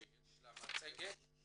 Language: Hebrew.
שיש לה מצגת.